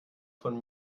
von